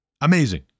amazing